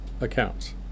accounts